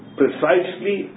precisely